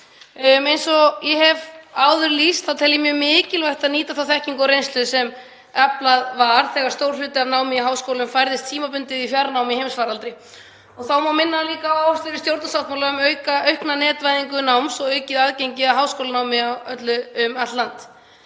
Eins og ég hef áður lýst þá tel ég mjög mikilvægt að nýta þá þekkingu og reynslu sem aflað var þegar stór hluti af námi í háskólum færðist tímabundið í fjarnám í heimsfaraldri. Þá má minna líka á áherslur í stjórnarsáttmála um aukna netvæðingu náms og aukið aðgengi að háskólanámi um allt land.